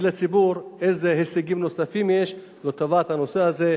לציבור איזה הישגים נוספים יש לטובת הנושא הזה.